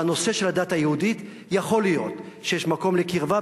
בנושא של הדת היהודית יכול להיות שיש מקום לקרבה.